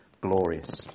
glorious